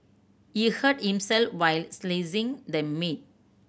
he hurt himself while slicing the meat